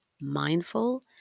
mindful